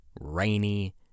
rainy